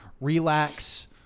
Relax